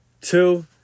Two